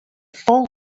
fol